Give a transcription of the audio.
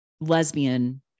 lesbian